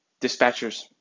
dispatchers